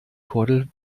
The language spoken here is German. kordel